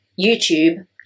YouTube